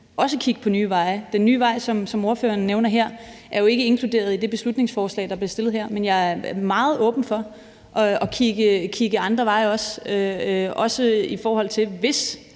vil kigge på nye veje. Den nye vej, ordfører nævner her, er jo ikke inkluderet i det beslutningsforslag, der bliver fremsat her. Men jeg er meget åben for også at kigge andre veje, også om der er en